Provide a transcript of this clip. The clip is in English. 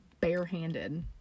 barehanded